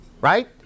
Right